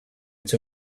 its